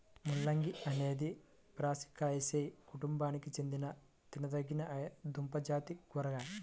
ముల్లంగి అనేది బ్రాసికాసియే కుటుంబానికి చెందిన తినదగిన దుంపజాతి కూరగాయ